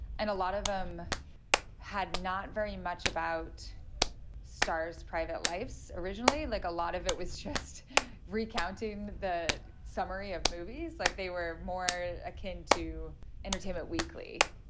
and a lot of them had not very much about stars' private lives, originally like a lot of it was just recounting the summary of movies, like they were more akin to entertainment weekly.